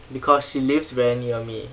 because she lives very near me